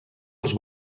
els